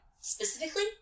Specifically